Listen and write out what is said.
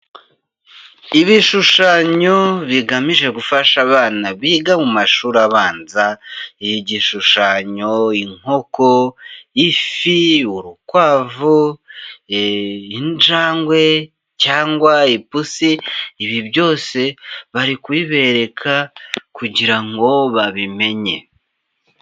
Ibishushanyo bigamije gufasha abana biga mu mashuri abanza, igishushanyo, inkoko, ifi, urukwavu, injangwe cyangwa ipusi, ibi byose bari kubibereka kugira ngo babimenye.